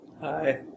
Hi